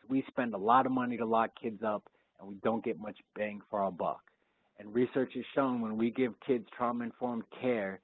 cause we spend a lot of money to lock kids up and we don't get much bang for our buck and research has shown when we give kids trauma-informed care,